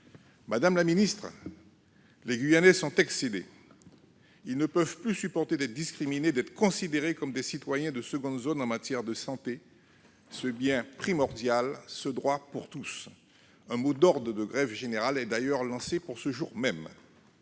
de l'urgence ! Les Guyanais sont excédés. Ils ne supportent plus d'être discriminés, d'être considérés comme des citoyens de seconde zone en matière de santé, ce bien primordial, ce droit pour tous. Un mot d'ordre de grève générale est d'ailleurs lancé pour ce jour même.